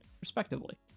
respectively